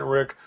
Rick